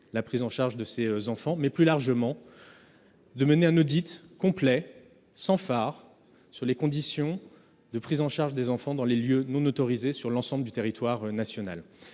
la prise en charge de ces enfants, et qu'elle réalise un audit complet, sans fard, sur les conditions de prise en charge des enfants dans des lieux non autorisés sur l'ensemble du territoire national.